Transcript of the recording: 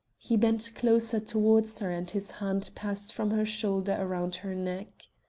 he bent closer towards her and his hand passed from her shoulder round her neck.